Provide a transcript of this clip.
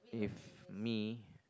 if me